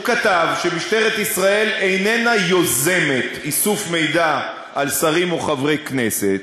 הוא כתב שמשטרת ישראל איננה יוזמת איסוף מידע על שרים או חברי כנסת.